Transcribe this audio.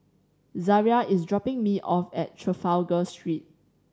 Zaria is dropping me off at Trafalgar Street